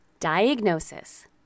Diagnosis